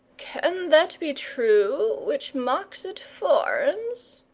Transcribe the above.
can that be true which mocks at forms?